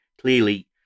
clearly